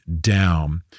down